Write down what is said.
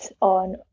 on